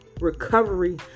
recovery